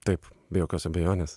taip be jokios abejonės